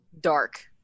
dark